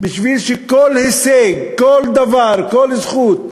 וכל הישג, כל דבר, כל זכות,